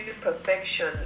perfection